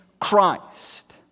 Christ